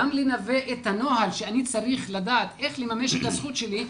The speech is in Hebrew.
גם ללוות את הנוער שאני צריך לדעת איך לממש את הזכות שלי.